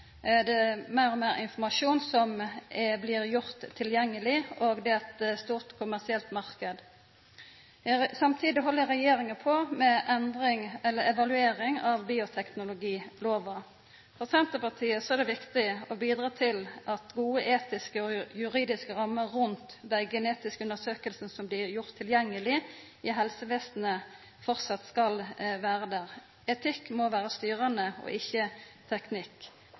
Det er meir og meir informasjon som blir gjord tilgjengeleg, og det er ein stor kommersiell marknad. Samtidig held regjeringa på med ei evaluering av bioteknologilova. For Senterpartiet er det viktig å bidra til at gode etiske og juridiske rammer rundt dei genetiske undersøkingane som blir gjorde tilgjengeleg i helsevesenet, framleis skal vera der. Etikk må vera styrande, ikkje teknikk.